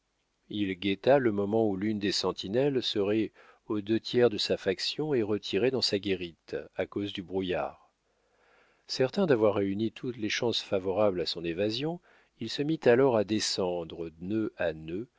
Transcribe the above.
il guetta le moment où l'une des sentinelles serait aux deux tiers de sa faction et retirée dans sa guérite à cause du brouillard certain d'avoir réuni toutes les chances favorables à son évasion il se mit alors à descendre nœud à